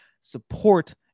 Support